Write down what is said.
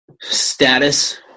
status